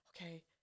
okay